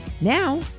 Now